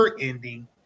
ending